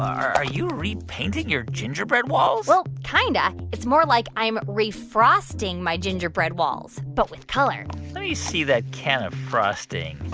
are you repainting your gingerbread walls? well, kinda. it's more like i'm refrosting my gingerbread walls but with color let me see that can of frosting.